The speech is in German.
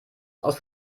aus